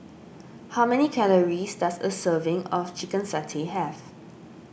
how many calories does a serving of Chicken Satay have